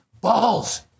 balls